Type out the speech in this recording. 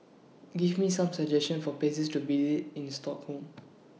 Give Me Some suggestions For Places to visit in Stockholm